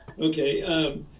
Okay